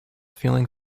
feeling